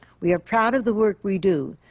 we are proud of the work we do,